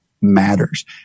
matters